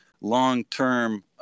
long-term